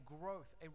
growth